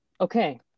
okay